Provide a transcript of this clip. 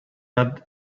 had